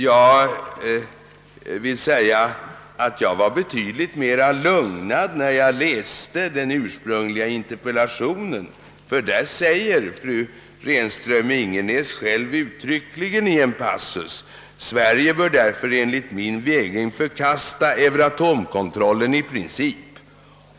Jag kände mig betydligt mera lugnad när jag ursprungligen läste fru Renström-Ingenäs” interpellation, där det i en passus uttryckligen uttalas föllande: »Sverige bör därför enligt min mening förkasta Euratomkontrollen i princip.